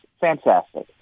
Fantastic